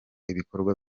ibikorwa